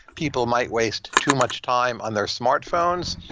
people might waste too much time on their smartphones.